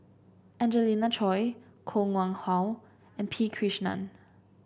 Angelina Choy Koh Nguang How and P Krishnan